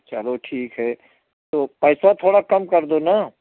चलो ठीक है तो पैसा थोड़ा कम कर दो ना